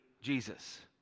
Jesus